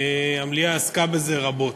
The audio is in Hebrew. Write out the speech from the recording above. המליאה עסקה בזה רבות.